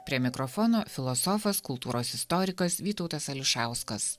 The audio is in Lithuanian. prie mikrofono filosofas kultūros istorikas vytautas ališauskas